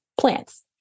plants